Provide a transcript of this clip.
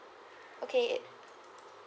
okay